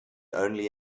only